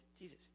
Jesus